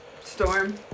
Storm